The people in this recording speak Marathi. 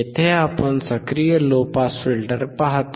येथे आपण सक्रिय लो पास फिल्टर पाहतो